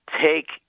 take